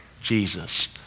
Jesus